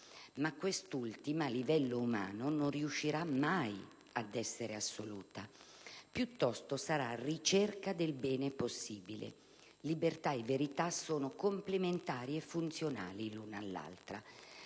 Quest'ultima, però, a livello umano non riuscirà mai ad essere assoluta, piuttosto sarà ricerca del bene possibile. Libertà e verità sono complementari e funzionali l'una all'altra.